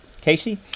Casey